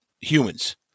humans